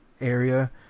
area